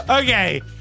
Okay